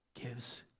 gives